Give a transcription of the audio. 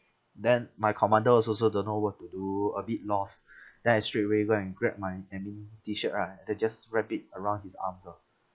then my commander all also don't know what to do a bit lost then I straightaway go and grab my I mean T shirt lah I just wrap it around his arms ah